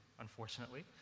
unfortunately